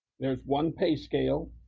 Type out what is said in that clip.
there is one pay scale,